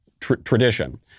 tradition